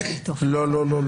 זה לא פוגע בשלום הילד,